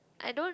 I don't